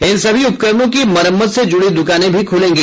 इन सभी उपकरणों की मरम्मत से जुड़ी दुकानें भी खुलेंगी